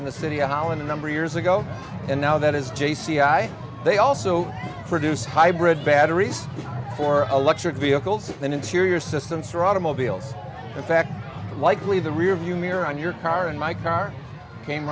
in the city how a number of years ago and now that is j c i they also produce hybrid batteries for electric vehicles and interior systems for automobiles in fact likely the rearview mirror on your car in my car came